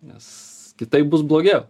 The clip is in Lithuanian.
nes kitaip bus blogiau